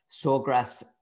Sawgrass